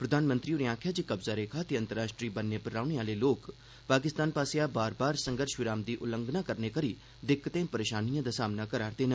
प्रधानमंत्री होरें आक्खेया जे कब्जा रेखा ते अंतर्राष्ट्रीय बन्नै पर रौहने आहले लोक पाकिस्तान पास्सैआ घड़ी घड़ी संघर्ष विराम दी उल्लंघना करनै करी दिक्कतें परेशानिएं दा सामना करा रदे न